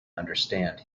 understand